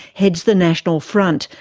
heads the national front,